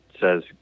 says